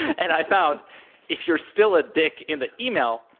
and i found if you're still a dick in the email,